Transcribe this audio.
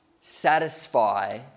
satisfy